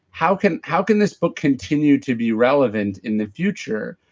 how can how can this book continue to be relevant in the future?